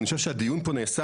אני חושב שהדיון פה נעשה,